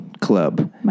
club